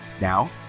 Now